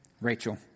Rachel